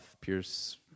Pierce